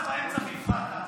נכנסת באמצע והפרעת,